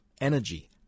energy